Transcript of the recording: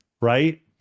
right